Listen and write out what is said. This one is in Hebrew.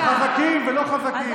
יש שם חזקים ולא חזקים,